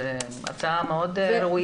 זו הצעה מאוד ראויה.